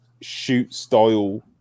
shoot-style